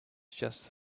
just